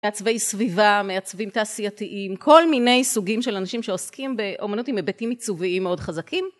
מעצבי סביבה, מעצבים תעשייתיים, כל מיני סוגים של אנשים שעוסקים באומנות עם היבטים עיצוביים מאוד חזקים